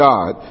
God